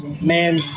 man